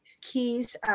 Keys